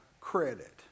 credit